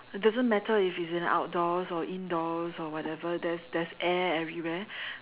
doesn't matter if it's in the outdoors or indoors or whatever there's there's air everywhere